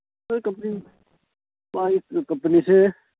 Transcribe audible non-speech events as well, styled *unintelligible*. *unintelligible* ꯃꯥꯏ ꯀꯝꯄꯅꯤꯁꯦ